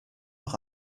noch